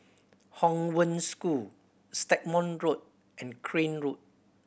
Hong Wen School Stagmont Road and Crane Road